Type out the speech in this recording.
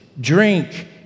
drink